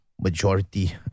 majority